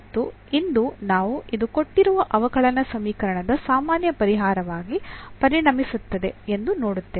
ಮತ್ತು ಇಂದು ನಾವು ಇದು ಕೊಟ್ಟಿರುವ ಅವಕಲನ ಸಮೀಕರಣದ ಸಾಮಾನ್ಯ ಪರಿಹಾರವಾಗಿ ಪರಿಣಮಿಸುತ್ತದೆ ಎಂದು ನೋಡುತ್ತೇವೆ